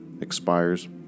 expires